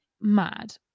mad